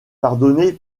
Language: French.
pardonnez